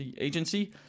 Agency